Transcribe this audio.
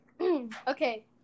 Okay